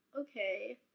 okay